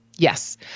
Yes